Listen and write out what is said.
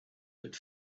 but